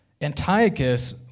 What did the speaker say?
Antiochus